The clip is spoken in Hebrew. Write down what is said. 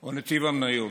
או נתיב המניות.